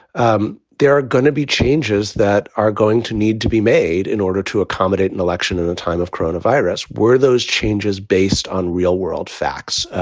um there are going to be changes that are going to need to be made in order to accommodate an and election in a time of corona virus where those changes based on real world facts.